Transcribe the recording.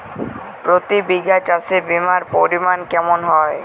প্রতি বিঘা চাষে বিমার পরিমান কেমন হয়?